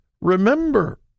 remember